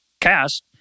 cast